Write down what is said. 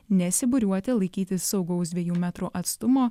nesibūriuoti laikytis saugaus dviejų metrų atstumo